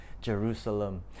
Jerusalem